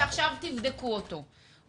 ועכשיו תבדקו אותו,